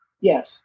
Yes